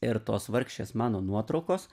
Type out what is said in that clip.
ir tos vargšės mano nuotraukos